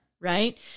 Right